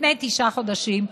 לפני תשעה חודשים,